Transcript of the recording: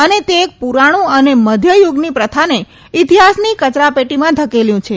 અને તે એક પુરાણુ અને મધ્યયુગની પ્રથાને ઇતિહાસની કચરાપેટીમાં ધકેલાયું છે